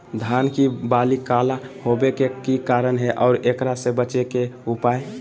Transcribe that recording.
धान के बाली काला होवे के की कारण है और एकरा से बचे के उपाय?